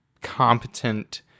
competent